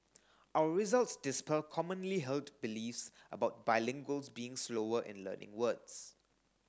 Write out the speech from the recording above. our results dispel commonly held beliefs about bilinguals being slower in learning words